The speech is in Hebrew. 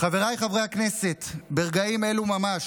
חבריי חברי הכנסת, ברגעים אלו ממש,